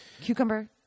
Cucumber